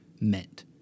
meant